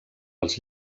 els